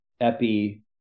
EPI